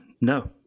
no